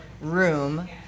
room